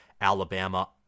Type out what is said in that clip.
Alabama